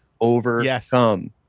overcome